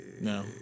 no